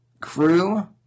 crew